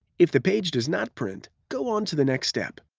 if the page does not print, go on to the next step.